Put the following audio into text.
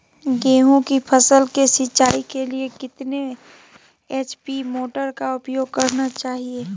गेंहू की फसल के सिंचाई के लिए कितने एच.पी मोटर का उपयोग करना चाहिए?